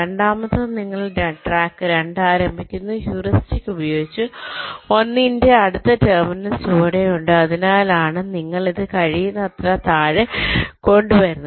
രണ്ടാമത്തേത് നിങ്ങൾ ട്രാക്ക് 2 ആരംഭിക്കുന്നു ഹ്യൂറിസ്റ്റിക് ഉപയോഗിച്ച് 1 ന്റെ അടുത്ത ടെർമിനൽ ചുവടെയുണ്ട് അതിനാലാണ് നിങ്ങൾ അത് കഴിയുന്നത്ര താഴെ കൊണ്ടുവരുന്നത്